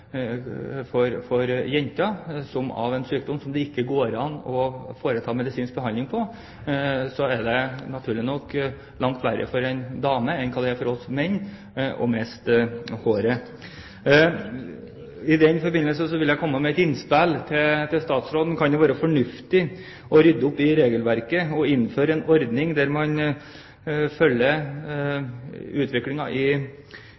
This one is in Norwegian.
naturlig nok langt verre for en dame enn hva det er for oss menn å miste håret. I den forbindelse vil jeg komme med et innspill til statsråden: Kan det være fornuftig å rydde opp i regelverket og innføre en ordning der man følger utviklingen i